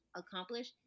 accomplish